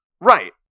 Right